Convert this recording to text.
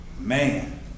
man